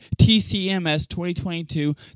TCMS2022